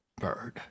Bird